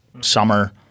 summer